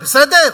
בסדר?